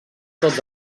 tots